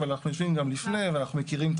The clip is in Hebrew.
אבל אנחנו יושבים גם לפני ואנחנו מכירים את